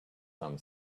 some